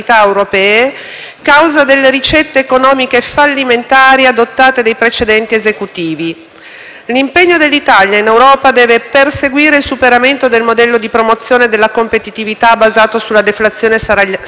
L'impegno dell'Italia in Europa deve perseguire il superamento del modello di promozione della competitività basato sulla deflazione salariale e puntare con decisione a politiche in grado di stimolare la domanda interna.